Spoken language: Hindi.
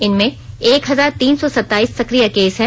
इनमें एक हजार तीन सौ सताईस सक्रिय केस हैं